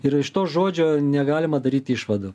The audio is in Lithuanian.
ir iš to žodžio negalima daryti išvadų